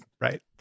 right